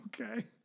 Okay